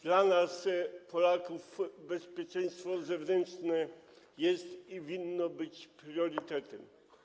Dla nas, Polaków, bezpieczeństwo zewnętrzne jest i winno być priorytetem.